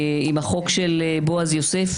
עם החוק של בועז יוסף,